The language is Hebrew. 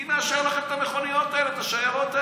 מי מאשר לכם את המכוניות האלה, את השיירות האלה?